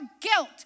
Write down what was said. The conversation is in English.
guilt